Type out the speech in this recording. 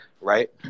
right